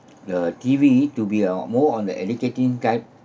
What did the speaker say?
the giving it to be a more on the educating guide